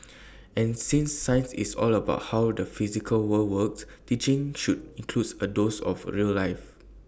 and since science is all about how the physical world works teaching should includes A dose of real life